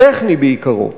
טכני בעיקרו.